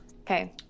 Okay